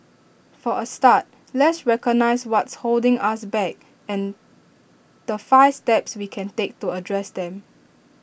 for A start let's recognise what's holding us back and the five steps we can take to address them